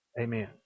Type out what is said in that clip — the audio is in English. Amen